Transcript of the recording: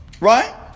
Right